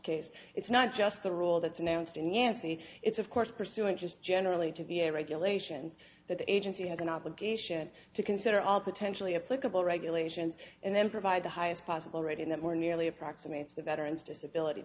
case it's not just the rule that's announced in the n c a a it's of course pursuing just generally to be a regulations that the agency has an obligation to consider all potentially a clickable regulations and then provide the highest possible rating them nearly approximates the veterans disability